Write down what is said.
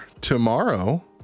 tomorrow